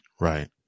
Right